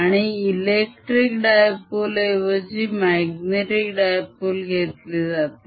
आणि electric dipole ऐवजी magnetic dipole घेतले जाते